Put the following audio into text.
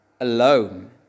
alone